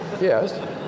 Yes